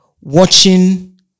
watching